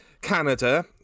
canada